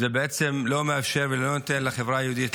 זה בעצם לא מאפשר ולא נותן לחברה היהודית לחגוג.